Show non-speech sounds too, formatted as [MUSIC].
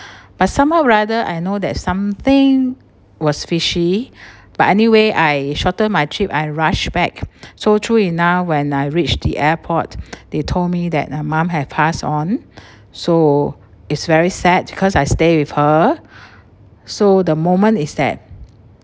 but somehow rather I know that something was fishy but anyway I shorten my trip I rush back so truly now when I reached the airport [BREATH] they told me that uh mom have passed on so it's very sad cause I stay with her [BREATH] so the moment is that